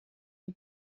die